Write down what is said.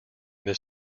this